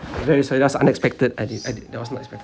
very sorry that's unexpected I did I did that was not expected